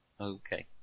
Okay